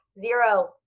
zero